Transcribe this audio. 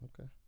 Okay